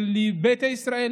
של ביתא ישראל